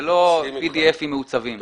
ולא מסמכי PDF מעוצבים.